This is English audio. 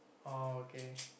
oh okay